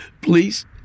Please